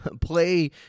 play